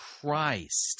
Christ